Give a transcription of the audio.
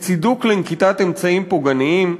כצידוק לנקיטת אמצעים פוגעניים,